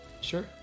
Sure